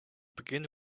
begin